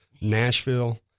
Nashville